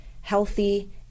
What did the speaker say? healthy